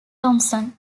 thomson